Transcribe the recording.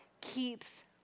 keeps